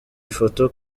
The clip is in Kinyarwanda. ifoto